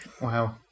Wow